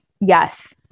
Yes